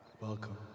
Welcome